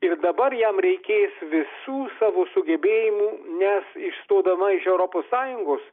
ir dabar jam reikės visų savo sugebėjimų nes išstodama iš europos sąjungos